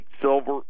Silver